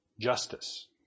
Justice